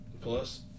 plus